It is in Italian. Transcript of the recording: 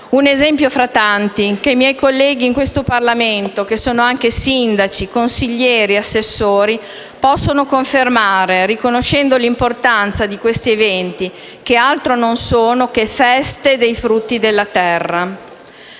un esempio fra tanti, che i miei colleghi in Parlamento che sono anche sindaci, consiglieri o assessori possono confermare, riconoscendo l'importanza di eventi del genere, che altro non sono che feste dei frutti della terra.